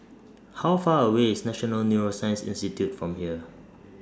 How Far away IS National Neuroscience Institute from here